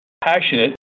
passionate